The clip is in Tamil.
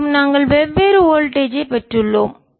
மேலும் நாங்கள் வெவ்வேறு வோல்டேஜ் ஐ மின்னழுத்தங்கள் பெற்றுள்ளோம்